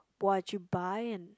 what you buying